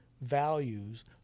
values